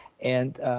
and